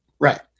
Right